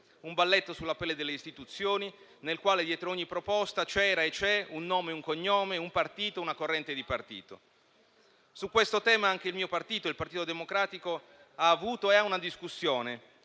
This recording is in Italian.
un balletto sulla pelle delle istituzioni, nel quale dietro ogni proposta c'erano e ci sono un nome e un cognome, un partito, una corrente di partito. Su questo tema anche il partito di cui faccio parte, il Partito Democratico, ha avuto e ha una discussione